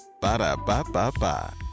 Ba-da-ba-ba-ba